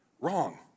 Wrong